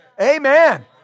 amen